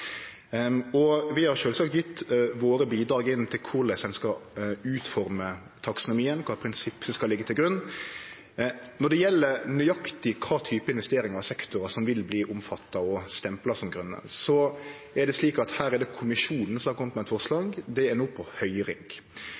Vi har sjølvsagt gjeve våre bidrag inn til korleis ein skal utforme taksonomien, kva prinsipp som skal liggje til grunn. Når det gjeld nøyaktig kva type investeringar og sektorar som vil verte omfatta og stempla som grøne, er det slik at her er det Kommisjonen som har kome med eit forslag. Det er no på høyring.